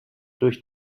durch